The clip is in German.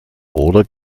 oder